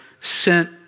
sent